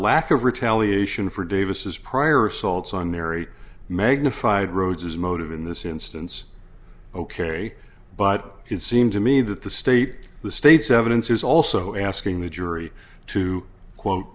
lack of retaliation for davis's prior assaults on mary magnified rhodes's motive in this instance ok but it seems to me that the state the state's evidence is also asking the jury to quote